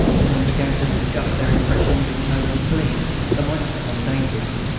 the men began to discuss their impressions in tones of glee that might have become dangerous.